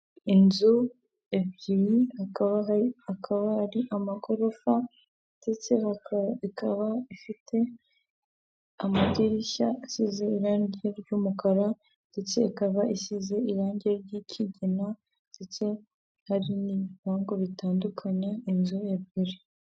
Inzu ebyiri akaba ari amagorofa ndetse ikaba ifite amadirishya asize irangi ry'umukara ndetse ikaba ishyize irangi ry'ikigina ndetse hari n'ibipangu bitandukanya inzu ebyiri.